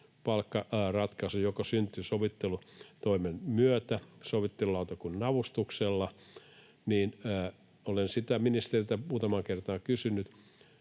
palkkaratkaisukin syntyi sovittelutoimen myötä sovittelulautakunnan avustuksella, niin olen sitä ministeriltä muutamaan kertaan kysynyt,